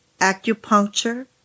Acupuncture